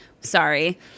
sorry